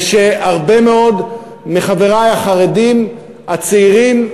ושהרבה מאוד מחברי החרדים הצעירים,